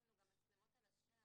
יש לנו גם מצלמות על השער,